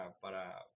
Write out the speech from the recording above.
para